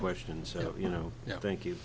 question so you know thank you